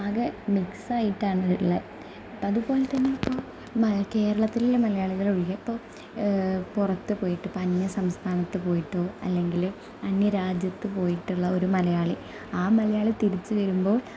ആകെ മിക്സ്സായിട്ടാണ് ഉള്ളത് അപ്പം അതുപോലെ തന്നെ ഇപ്പോൾ മൽ കേരളത്തിലെ മലയാളികളൊഴികെ ഇപ്പോൾ പുറത്തു പോയിട്ട് ഇപ്പോൾ അന്യസംസ്ഥാനത്തു പോയിട്ടോ അല്ലെങ്കിൽ അന്യ രാജ്യത്തു പോയിട്ടുള്ള ഒരു മലയാളി ആ മലയാളി തിരിച്ചുവരുമ്പോൾ